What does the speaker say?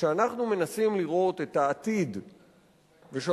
כשאנחנו מנסים לראות את העתיד ושואלים